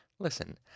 Listen